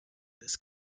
this